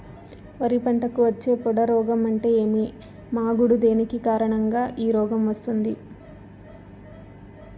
వరి పంటకు వచ్చే పొడ రోగం అంటే ఏమి? మాగుడు దేని కారణంగా ఈ రోగం వస్తుంది?